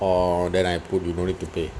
orh then I put you don't need to pay